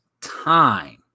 time